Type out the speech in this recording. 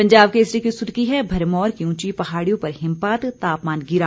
पंजाब केसरी की सुर्खी है भरमौर की ऊंची पहाड़ियों पर हिमपात तापमान गिरा